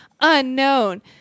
unknown –